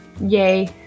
yay